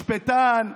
משפטן,